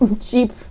cheap